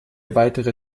weitere